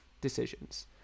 decisions